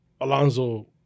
Alonso